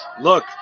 Look